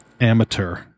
Amateur